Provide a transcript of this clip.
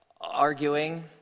arguing